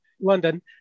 London